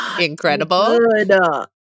incredible